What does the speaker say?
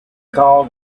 call